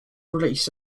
released